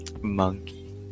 Monkey